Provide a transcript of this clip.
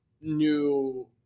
new